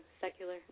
secular